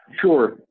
Sure